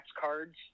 cards